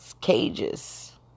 Cages